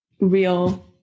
real